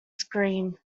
scream